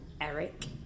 Eric